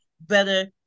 better